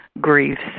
griefs